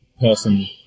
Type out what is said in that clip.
person